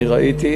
אני ראיתי,